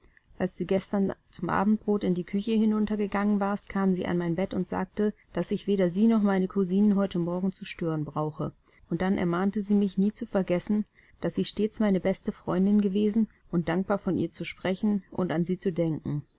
als du gestern zum abendbrot in die küche hinunter gegangen warst kam sie an mein bett und sagte daß ich weder sie noch meine cousinen heute morgen zu stören brauche und dann ermahnte sie mich nie zu vergessen daß sie stets meine beste freundin gewesen und dankbar von ihr zu sprechen und an sie zu denken